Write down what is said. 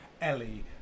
Ellie